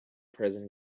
prison